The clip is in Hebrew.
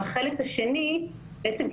החלק השני מחפשים לעבוד,